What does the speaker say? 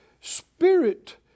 Spirit